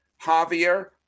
Javier